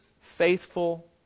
faithful